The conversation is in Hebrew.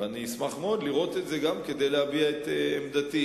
ואני אשמח מאוד לראות את זה כדי להביע את עמדתי.